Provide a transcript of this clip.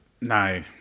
No